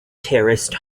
terraced